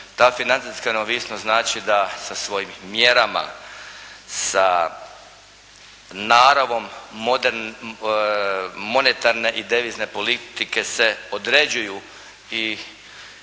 ta financijska neovisnost znači da sa svojim mjerama, sa naravom monetarne i devizne politike se određuju i